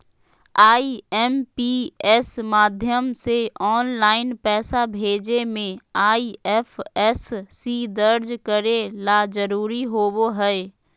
IMPS माध्यम से online पैसा भेजे मे आई.एफ.एस.सी दर्ज करे ला जरूरी होबो हय